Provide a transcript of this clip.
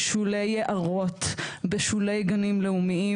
בשולי יערות, בשולי גנים לאומיים.